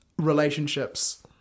relationships